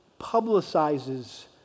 publicizes